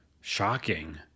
shocking